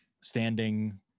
standing